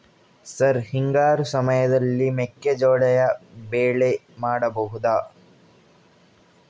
Sir ಹಿಂಗಾರು ಸಮಯದಲ್ಲಿ ಮೆಕ್ಕೆಜೋಳದ ಬೆಳೆ ಮಾಡಬಹುದಾ?